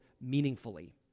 meaningfully